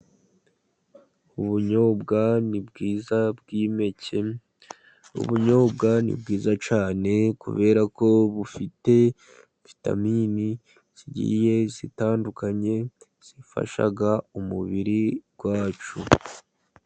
Ubunyobwa ni bwiza bwi'impeke, ubunyobwa ni bwiza cyane, kubera ko bufite vitaminini zigiye zitandukanye, zifasha umubiri wacu.